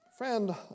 Friend